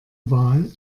wahl